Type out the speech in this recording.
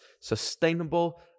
sustainable